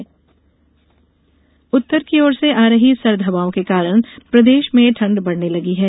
मौसम उत्तर की ओर से आ रही सर्द हवाओं के कारण प्रदेश में ठंड बढ़ने लगी है